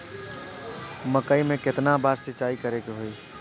मकई में केतना बार सिंचाई करे के होई?